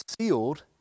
sealed